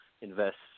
invests